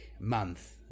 Month